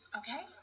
okay